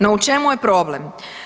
No u čemu je problem?